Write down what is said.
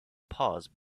pause